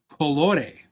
colore